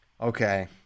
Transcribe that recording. Okay